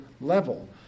level